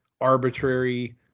arbitrary